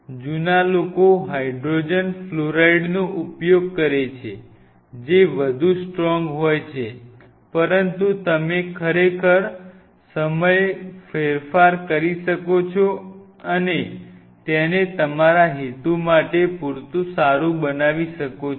જૂના લોકો હાઇડ્રોજન ફ્લોરાઇડનો ઉપયોગ કરે છે જે વધુ સ્ટ્રોંગ હોય છે પરંતુ તમે ખરેખર સમય ફેરફાર કરી શકો છો અને તેને તમારા હેતુ માટે પૂરતું સારું બનાવી શકો છો